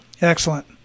Excellent